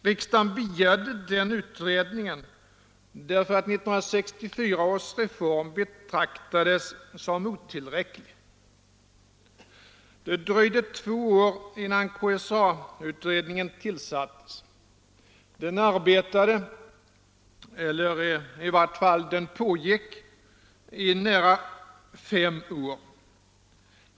Riksdagen begärde den utredningen därför att 1964 års reform betraktades som otillräcklig. Det dröjde två år innan KSA-utredningen tillsattes. Den arbetade — eller i varje fall pågick — i nära fem år.